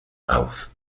auf